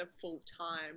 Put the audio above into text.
full-time